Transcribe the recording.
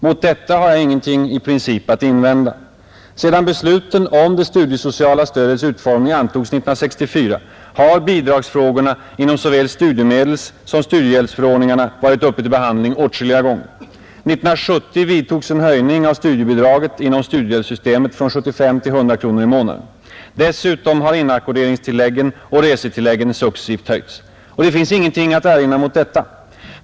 Mot detta har jag ingenting i princip att invända, Sedan besluten om det studiesociala stödets utformning antogs 1964 har bidragsfrågorna inom såväl studiemedelssom studiehjälpsförordningarna varit uppe till behandling åtskilliga gånger. 1970 vidtogs en höjning av studiebidraget inom studiehjälpssystemet från 75 till 100 kronor i månaden. Dessutom har inackorderingstilläggen och resetilläggen successivt höjts. Det finns ingenting att erinra mot detta.